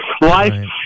life